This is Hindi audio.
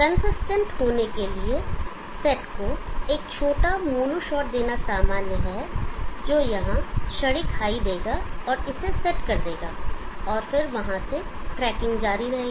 कंसिस्टेंट होने के लिए सेट को एक छोटा मोनो शॉट देना सामान्य है जो यहां क्षणिक हाई देगा और इसे सेट कर देगा और फिर वहां से ट्रैकिंग जारी रहेगी